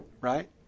right